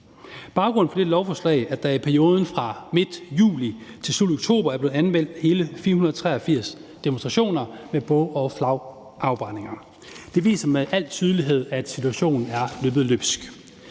Baggrunden for lovforslaget er, at der i perioden fra midten af juli til slutningen af oktober er blevet anmeldt hele 483 demonstrationer med bog- og flagafbrændinger. Det viser med al tydelighed, at situationen er løbet løbsk.